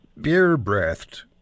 beer-breathed